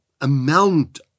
amount